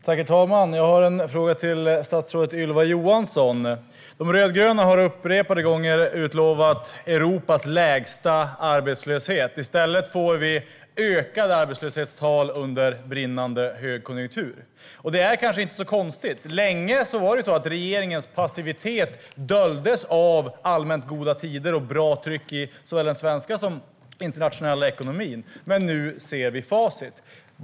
Herr talman! Jag har en fråga till statsrådet Ylva Johansson. De rödgröna har upprepade gånger utlovat Europas lägsta arbetslöshet. I stället får vi högre arbetslöshetstal under brinnande högkonjunktur. Detta är kanske inte så konstigt. Länge doldes regeringens passivitet av allmänt goda tider och bra tryck i såväl den svenska som den internationella ekonomin. Men nu ser vi facit.